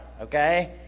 Okay